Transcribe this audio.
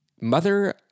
Mother